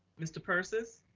mr. persis.